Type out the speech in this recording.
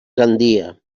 gandia